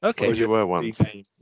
Okay